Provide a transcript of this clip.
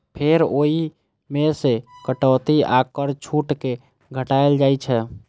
फेर ओइ मे सं कटौती आ कर छूट कें घटाएल जाइ छै